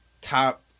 top